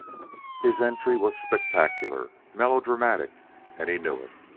his entry was spectacular, melodramatic and he knew it.